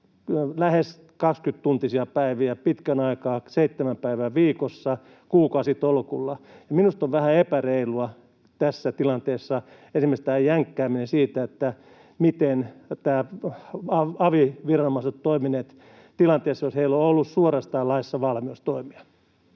lähes 20-tuntisia päiviä pitkän aikaa, seitsemän päivää viikossa, kuukausitolkulla. Minusta on vähän epäreilua tässä tilanteessa esimerkiksi tämä jänkkääminen siitä, miten avin viranomaiset ovat toimineet tilanteessa, jossa heillä on ollut suorastaan laissa valmius toimia.